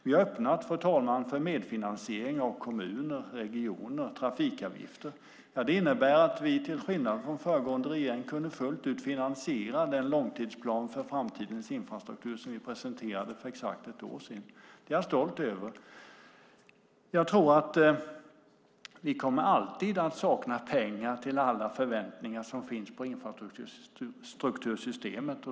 Vi har öppnat för medfinansiering av kommuner, regioner och trafikavgifter. Det innebär att vi till skillnad från föregående regering kunde fullt ut finansiera den långtidsplan för framtidens infrastruktur som vi presenterade för exakt ett år sedan. Det är jag stolt över. Det kommer alltid att saknas pengar till alla förväntningar som finns på infrastruktursystemet.